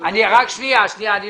הוא